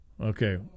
Okay